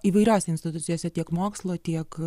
įvairiose institucijose tiek mokslo tiek